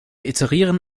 iterieren